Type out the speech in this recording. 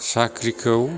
साख्रिखौ